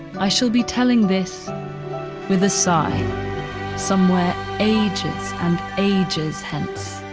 i shall be telling this with a sigh somewhere ages and ages hence